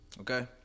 okay